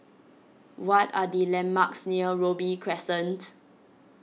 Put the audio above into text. what are the landmarks near Robey Crescent